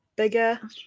bigger